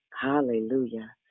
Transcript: Hallelujah